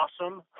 awesome